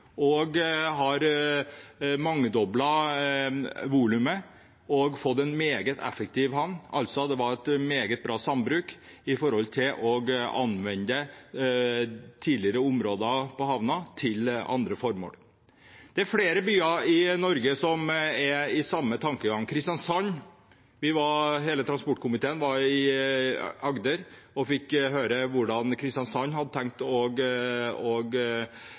og har mangedoblet volumet og fått en meget effektiv havn. Det har altså vært et meget effektivt sambruk med tanke på å anvende tidligere havneområder til andre formål. Det er flere byer i Norge som har den samme tankegangen. Hele transport- og kommunikasjonskomiteen var i Agder og fikk høre hvordan Kristiansand hadde tenkt